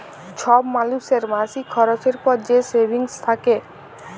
ছব মালুসের মাসিক খরচের পর যে সেভিংস থ্যাকে